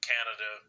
Canada